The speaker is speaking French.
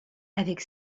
avec